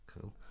Cool